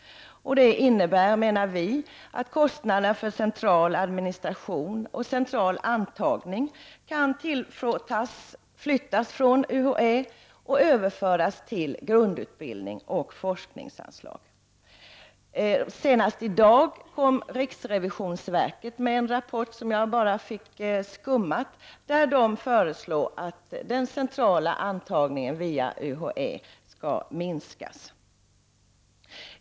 Det innebär, menar vi, att kostnaderna för central administration och central antagning kan flyttas från UHÄ till grundutbildning och forskningsanslag. Senast i dag kom riksrevisionsverket med en rapport som jag endast hann skumma igenom där det föreslås att den centrala antagningen via UHÄ skall minskas.